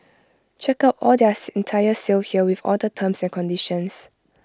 check out all their entire sale here with all the terms and conditions